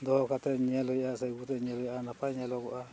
ᱫᱚᱦᱚ ᱠᱟᱛᱮᱫ ᱧᱮᱞ ᱦᱩᱭᱩᱜᱼᱟ ᱥᱮ ᱟᱹᱜᱩ ᱠᱟᱛᱮᱫ ᱧᱮᱞ ᱦᱩᱭᱩᱜᱼᱟ ᱱᱟᱯᱟᱭ ᱧᱮᱞᱚᱜᱚᱜᱼᱟ